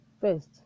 first